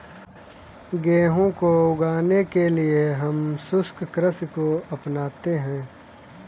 गेहूं को उगाने के लिए हम शुष्क कृषि को अपनाते हैं